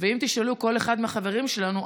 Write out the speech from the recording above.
ואם תשאלו כל אחד מהחברים שלנו,